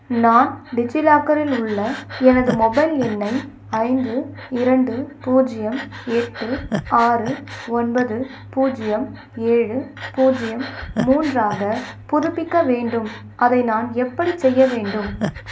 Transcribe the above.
நான் டிஜிலாக்கரில் உள்ள எனது மொபைல் எண்ணை ஐந்து இரண்டு பூஜ்ஜியம் எட்டு ஆறு ஒன்பது பூஜ்ஜியம் ஏழு பூஜ்ஜியம் மூன்றாக புதுப்பிக்க வேண்டும் அதை நான் எப்படிச் செய்ய வேண்டும்